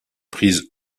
prise